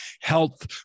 health